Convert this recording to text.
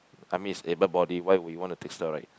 I mean is able body why we want to take steroid